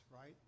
right